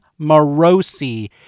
Morosi